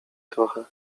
trochę